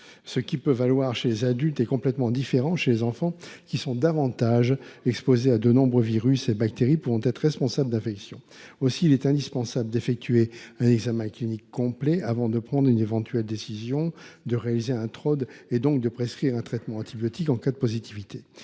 Ce qui peut valoir chez les adultes est complètement différent chez les enfants, qui sont davantage exposés à de nombreux virus et bactéries pouvant être responsables d’infections. Aussi, il est indispensable d’effectuer un examen clinique complet avant de prendre une éventuelle décision de réaliser un Trod et, donc, de prescrire un traitement antibiotique en cas de positivité.